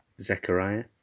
Zechariah